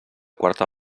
quarta